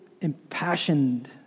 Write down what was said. impassioned